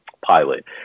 pilot